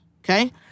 okay